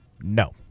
No